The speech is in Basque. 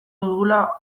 dugula